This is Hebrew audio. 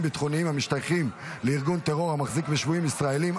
ביטחוניים המשתייכים לארגון טרור המחזיק בשבויים ישראלים),